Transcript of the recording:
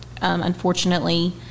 Unfortunately